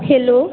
hello